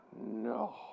no